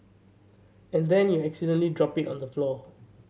and then you accidentally drop it on the floor